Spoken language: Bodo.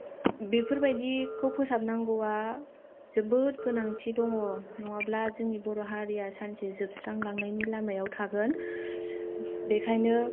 बेफोरबादिखौ फोसाबनांगौआ जोबोद गोनांथि दङ' नङाब्ला जोंनि बर' हारिया सानसे जोबस्रांलांनायनि लामायाव थागोन बेखायनो